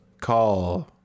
call